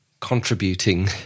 Contributing